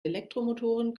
elektromotoren